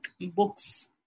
books